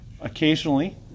occasionally